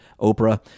Oprah